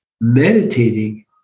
meditating